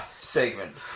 segment